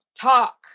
talk